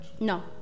No